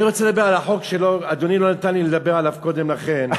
אני רוצה לדבר על החוק שאדוני לא נתן לי לדבר עליו קודם לכן.